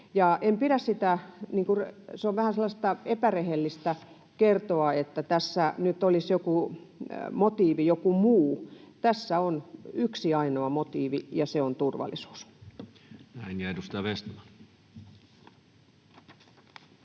huomioitu. On vähän epärehellistä kertoa, että tässä nyt olisi motiivina joku muu. Tässä on yksi ainoa motiivi, ja se on turvallisuus. [Speech